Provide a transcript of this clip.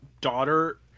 daughter